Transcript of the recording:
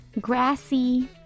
grassy